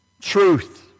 Truth